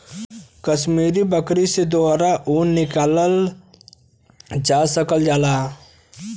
कसमीरी बकरी से दोहरा ऊन निकालल जा सकल जाला